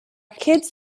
kids